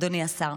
אדוני השר.